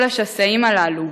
כל השסעים הללו,